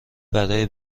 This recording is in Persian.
برای